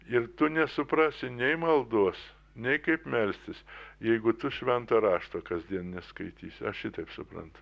ir tu nesuprasi nei maldos nei kaip melstis jeigu tu švento rašto kasdien neskaitysi aš šitaip suprantu